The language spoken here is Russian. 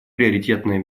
приоритетное